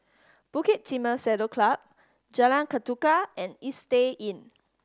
Bukit Timah Saddle Club Jalan Ketuka and Istay Inn